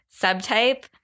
subtype